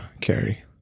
Carrie